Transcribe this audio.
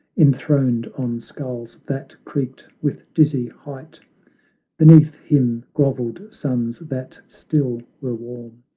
enthroned on skulls that creaked with dizzy height beneath him groveled suns that still were warm,